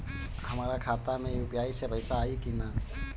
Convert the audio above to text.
हमारा खाता मे यू.पी.आई से पईसा आई कि ना?